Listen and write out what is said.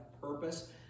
purpose